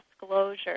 disclosure